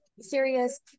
serious